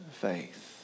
faith